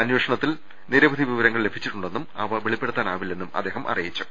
അന്വേഷണ ത്തിൽ നിരവധി വിവരങ്ങൾ ലഭിച്ചിട്ടുണ്ടെന്നും അവ വെളിപ്പെടുത്താ നാവില്ലെന്നും അദ്ദേഹം അറിയിച്ചു